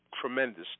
Tremendous